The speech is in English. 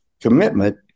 Commitment